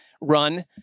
run